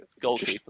goalkeeper